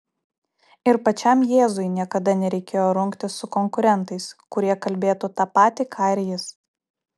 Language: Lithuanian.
ir pačiam jėzui niekada nereikėjo rungtis su konkurentais kurie kalbėtų tą patį ką ir jis